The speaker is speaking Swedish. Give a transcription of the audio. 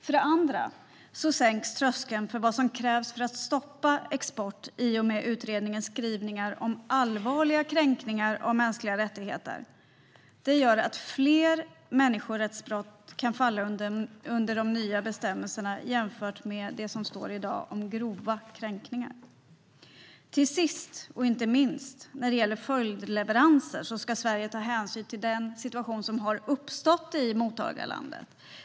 För det andra: Tröskeln sänks för vad som krävs för att stoppa export i och med utredningens skrivningar om allvarliga kränkningar av mänskliga rättigheter. Det gör att fler människorättsbrott kan falla under de nya bestämmelserna jämfört med det som står i dag om grova kränkningar. Sist men inte minst: När det gäller följdleveranser ska Sverige ta hänsyn till den situation som har uppstått i mottagarlandet.